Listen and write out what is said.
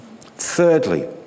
Thirdly